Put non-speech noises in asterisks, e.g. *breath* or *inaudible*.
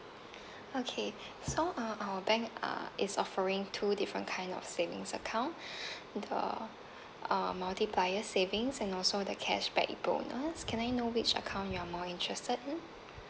*breath* okay so uh our bank uh is offering two different kind of savings account *breath* the uh multiplier savings and also the cashback bonus can I know which account you're more interested in